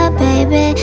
baby